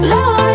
Love